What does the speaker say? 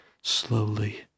slowly